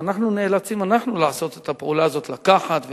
אנחנו נאלצים לעשות את הפעולה הזאת של לקחת ולהחזיר,